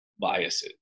biases